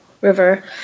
river